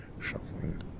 shuffling